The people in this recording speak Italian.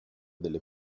delle